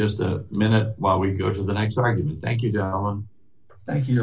just a minute while we go to the next argument thank you thank you